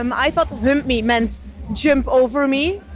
um i thought hump me meant jump over me,